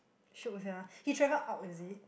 sure will have ah he travel out is he